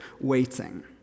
waiting